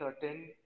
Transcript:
certain